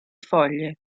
foglie